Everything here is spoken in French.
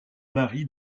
mari